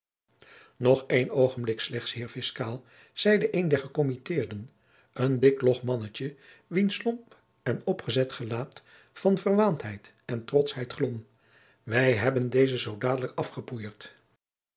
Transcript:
quaestie eén oogenblik slechts heer fiscaal zeide jacob van lennep de pleegzoon een der gecommitteerden een dik log mannetje wiens lomp en opgezet gelaat van verwaandheid en trotschheid glom wij hebben dezen zoo dadelijk